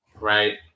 right